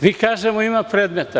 Mi kažemo – ima predmeta.